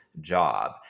job